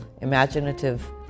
imaginative